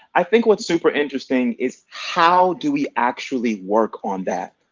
i think what's super interesting is how do we actually work on that?